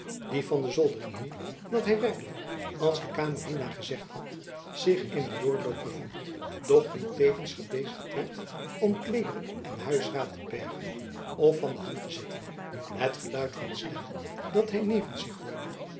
die van de zoldering hing dat hy werkelijk als de kamerdienaar gezegd had zich in een doorloop bevond doch die tevens gebezigd werd om kleederen en huisraad te bergen of van de hand te zetten het geluid van stemmen dat hy nevens zich hoorde